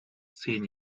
zehn